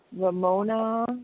Ramona